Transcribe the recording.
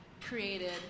created